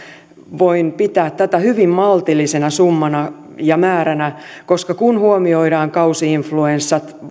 voin pitää tätä hyvin maltillisena summana ja määränä koska kun huomioidaan kausi influenssat